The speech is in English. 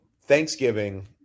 Thanksgiving